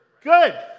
Good